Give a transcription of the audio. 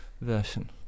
version